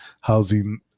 housing